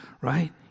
Right